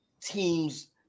teams